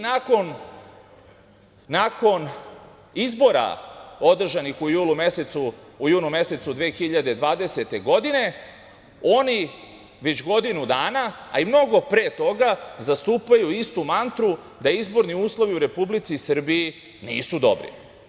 Nakon izbora održanih u junu mesecu 2020. godine, oni već godinu dana, a i mnogo pre toga, zastupaju istu mantru da izborni uslovi u Republici Srbiji nisu dobri.